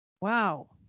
Wow